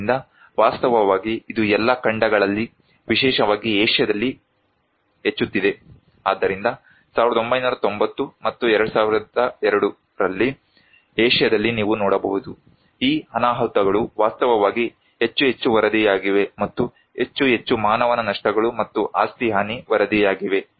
ಆದ್ದರಿಂದ ವಾಸ್ತವವಾಗಿ ಇದು ಎಲ್ಲಾ ಖಂಡಗಳಲ್ಲಿ ವಿಶೇಷವಾಗಿ ಏಷ್ಯಾದಲ್ಲಿ ಹೆಚ್ಚುತ್ತಿದೆ ಆದ್ದರಿಂದ 1990 ಮತ್ತು 2002 ರಲ್ಲಿ ಏಷ್ಯಾದಲ್ಲಿ ನೀವು ನೋಡಬಹುದು ಈ ಅನಾಹುತಗಳು ವಾಸ್ತವವಾಗಿ ಹೆಚ್ಚು ಹೆಚ್ಚು ವರದಿಯಾಗಿವೆ ಮತ್ತು ಹೆಚ್ಚು ಹೆಚ್ಚು ಮಾನವ ನಷ್ಟಗಳು ಮತ್ತು ಆಸ್ತಿ ಹಾನಿ ವರದಿಯಾಗಿದೆ